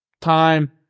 time